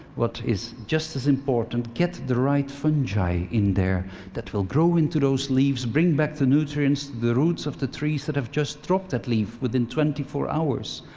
what is just as important get the right fungi in there that will grow into those leaves, bring back the nutrients to the roots of the trees that have just dropped that leaf within twenty four hours.